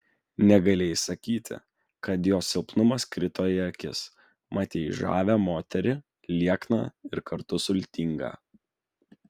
negalėjai sakyti kad jos silpnumas krito į akis matei žavią moterį liekną ir kartu sultingą